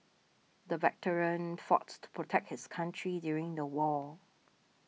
the veteran fought to protect his country during the war